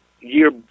year